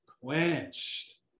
quenched